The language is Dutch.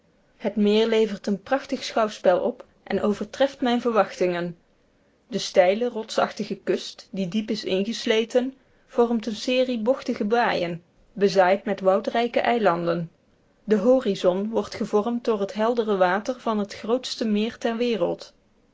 het meer levert een prachtig schouwspel op en overtreft mijne verwachtingen de steile rotsachtige kust die diep is ingesneden vormt een serie bochtige baaien bezaaid met woudrijke eilanden de horizon wordt gevormd door het heldere water van het grootste meer der wereld